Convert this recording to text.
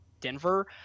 Denver